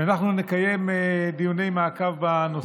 ואנחנו נקיים דיוני מעקב בנושא.